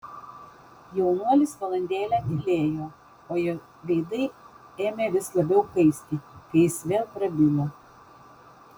jaunuolis valandėlę tylėjo o jo veidai ėmė vis labiau kaisti kai jis vėl prabilo